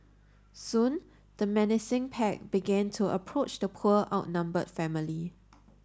soon the menacing pack began to approach the poor outnumbered family